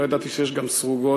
לא ידעתי שיש גם "סרוגות".